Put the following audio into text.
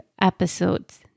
episodes